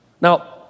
Now